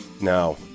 now